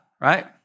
right